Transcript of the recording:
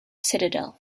citadel